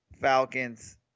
Falcons